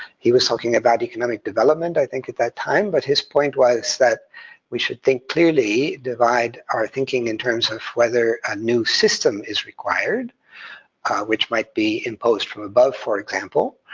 he was talking about economic development i think at that time, but his point was that we should think clearly, divide our thinking in terms of whether a new system is required which might be imposed from above, for example,